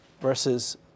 versus